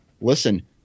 listen